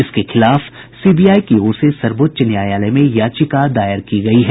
इसके खिलाफ सीबीआई की ओर से सर्वोच्च न्यायालय में याचिका दायर की गयी है